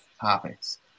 topics